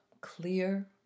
clear